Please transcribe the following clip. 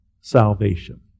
salvation